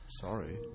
Sorry